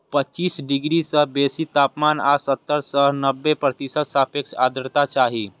पच्चीस डिग्री सं बेसी तापमान आ सत्तर सं नब्बे प्रतिशत सापेक्ष आर्द्रता चाही